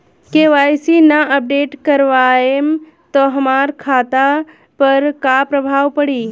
KYC ना update करवाएम त हमार खाता पर का प्रभाव पड़ी?